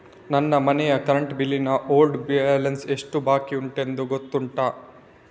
ನನ್ನ ಮನೆಯ current bill ನ ಓಲ್ಡ್ ಬ್ಯಾಲೆನ್ಸ್ ಎಷ್ಟು ಬಾಕಿಯುಂಟೆಂದು ಗೊತ್ತುಂಟ?